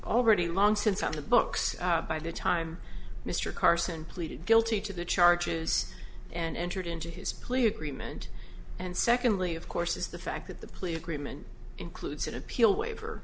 already long since on the books by the time mr carson pleaded guilty to the charges and entered into his plea agreement and secondly of course is the fact that the plea agreement includes an appeal waiver